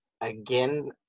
again